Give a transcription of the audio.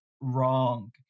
wrong